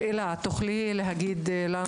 האם תוכלי להגיד לנו,